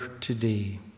today